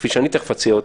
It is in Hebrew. כפי שאני תכף אציע,